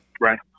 right